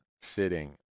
sitting